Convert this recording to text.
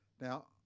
Now